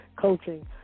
Coaching